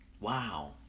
Wow